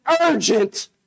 urgent